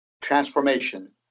transformation